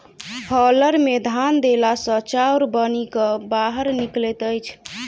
hauler मे धान देला सॅ चाउर बनि क बाहर निकलैत अछि